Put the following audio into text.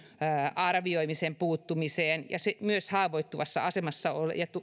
arvioimisen puuttumiseen ja myös haavoittuvassa asemassa